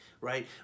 right